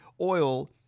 oil